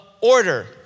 order